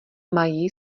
mají